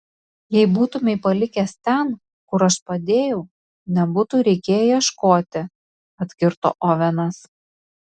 jei būtumei palikęs ten kur aš padėjau nebūtų reikėję ieškoti atkirto ovenas